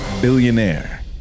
billionaire